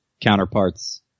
counterparts